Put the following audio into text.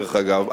דרך אגב,